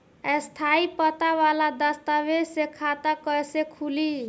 स्थायी पता वाला दस्तावेज़ से खाता कैसे खुली?